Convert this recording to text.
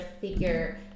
figure